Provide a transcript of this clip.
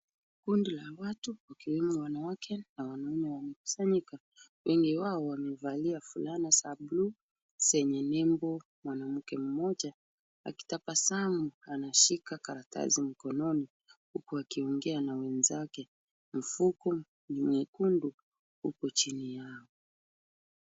Kundi la watu wakiwemo wanawake na wanaume wamekusanyika. wengi wao wamevalia fulana za bluu zenye nembo. Mwanamke mmoja akitabasamu anashika karatasi mkononi huku akiongea na wenzake. Mfuko mwekundu uko chini yake.